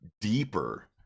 deeper